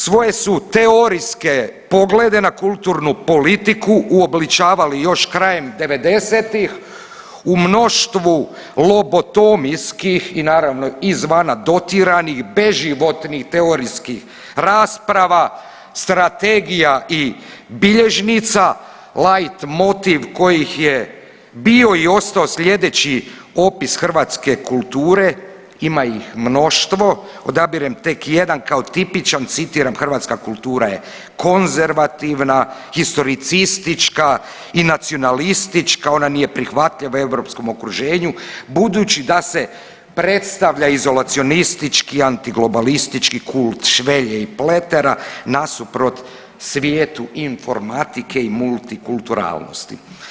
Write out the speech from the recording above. Svoje su teorijske poglede na kulturnu politiku uobličavali još krajem '90.-ih u mnoštvu lobotomijskih i naravno izvana dotiranih beživotnih teorijskih rasprava, strategije i bilježnica, lajtmotiv koji ih je bio i ostao slijedeći opis hrvatske kulture, ima ih mnoštvo, odabirem tek jedan kao tipičan, citiram hrvatska kultura je konzervativna, historicistička i nacionalistička, ona nije prihvatljiva europskom okruženju budući da se predstavlja izolacionistički, antiglobalistički kult švelje i pletera nasuprot svijetu informatike i multikulturalnosti.